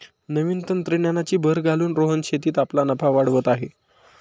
नवीन तंत्रज्ञानाची भर घालून रोहन शेतीत आपला नफा वाढवत आहे